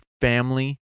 family